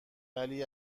ولی